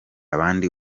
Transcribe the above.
abandi